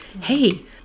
Hey